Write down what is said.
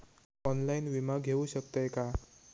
Online विमा घेऊ शकतय का?